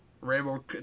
Rainbow